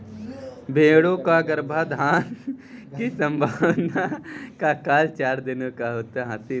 भेंड़ों का गर्भाधान की संभावना का काल चार दिनों का होता है